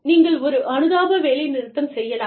நீங்கள் ஒரு அனுதாப வேலைநிறுத்தம் செய்யலாம்